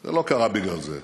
זה לא קרה בגלל זה.